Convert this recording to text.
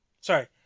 sorry